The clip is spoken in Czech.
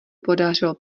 podařilo